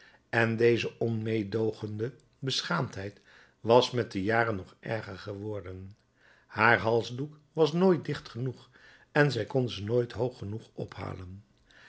en deze onmeêdoogende beschaamdheid was met de jaren nog erger geworden haar halsdoek was nooit dicht genoeg en zij kon ze nooit hoog genoeg ophalen